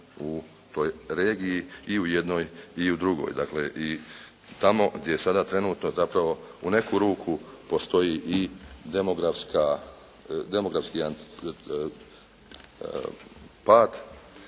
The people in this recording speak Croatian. u toj regiji i u jednoj i u drugoj. Dakle tamo gdje je sada trenutno zapravo u neku ruku postoji i demografska,